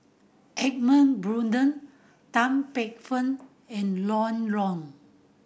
Edmund Blundell Tan Paey Fern and Ron Wong